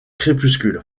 crépuscule